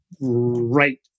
right